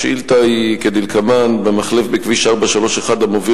השאילתא היא כדלקמן: במחלף בכביש 431 המוביל